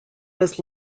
was